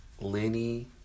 Lenny